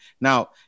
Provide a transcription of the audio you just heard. Now